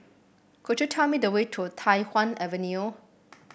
could you tell me the way to Tai Hwan Avenue